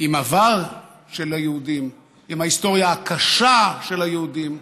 עם עבר של היהודים, עם ההיסטוריה הקשה של היהודים,